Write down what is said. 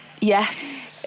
Yes